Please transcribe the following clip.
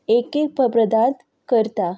एक एक पदार्थ करता